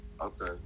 Okay